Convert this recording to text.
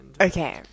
Okay